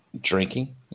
Drinking